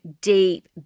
deep